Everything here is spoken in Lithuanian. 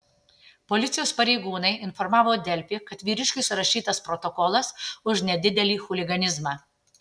policijos pareigūnai informavo delfi kad vyriškiui surašytas protokolas už nedidelį chuliganizmą